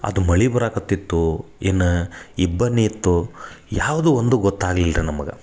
ಅದು ಮಳೆ ಬರಕತ್ತಿತ್ತೊ ಏನು ಇಬ್ಬನಿ ಇತ್ತೋ ಯಾವುದು ಒಂದು ಗೊತ್ತಾಗಲಿಲ್ಲ ನಮಗೆ